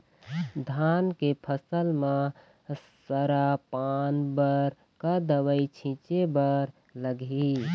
धान के फसल म सरा पान बर का दवई छीचे बर लागिही?